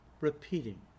repeating